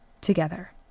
together